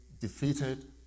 defeated